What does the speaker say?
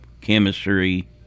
chemistry